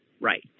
right